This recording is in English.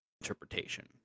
interpretation